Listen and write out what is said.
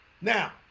Now